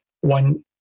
one